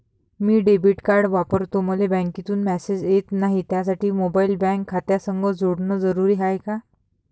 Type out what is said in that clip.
मी debit card वापरतो मले बँकेतून मॅसेज येत नाही, त्यासाठी मोबाईल बँक खात्यासंग जोडनं जरुरी हाय का?